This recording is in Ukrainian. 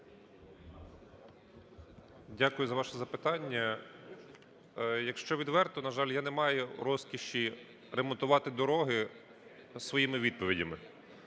Дякую за ваше запитання. Якщо відверто, на жаль, я не маю розкоші ремонтувати дороги своїми відповідями.